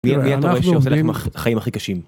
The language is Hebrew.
חיים הכי קשים.